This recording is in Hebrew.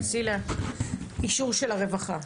אישור של הרווחה?